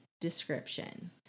description